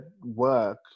work